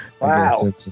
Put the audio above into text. Wow